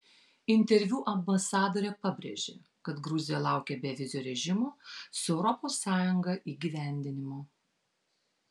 interviu ambasadorė pabrėžė kad gruzija laukia bevizio režimo su europos sąjunga įgyvendinimo